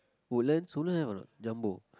Woodlands Woodlands have or not jumbo